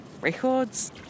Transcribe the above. records